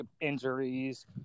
injuries